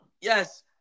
Yes